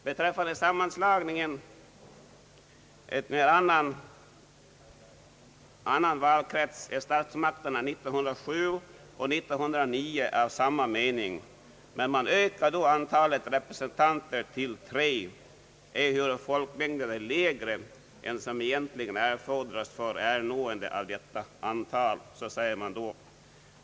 Beträffande sammanslagningen med annan valkrets var statsmakterna 1907 och 1909 av samma mening. Man ökade då antalet representanter till tre, ehuru folkmängden är lägre än vad som egentligen erfordras för beviljandet av detta antal mandat.